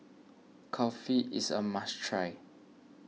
Kulfi is a must try